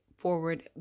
forward